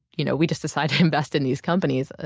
you know we just decided to invest in these companies. ah